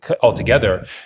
altogether